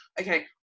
okay